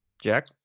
Jack